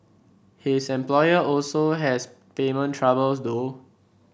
his employer also has payment troubles though